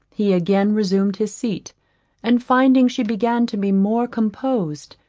he again resumed his seat and finding she began to be more composed,